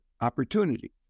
opportunity